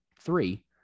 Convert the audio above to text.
three